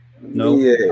No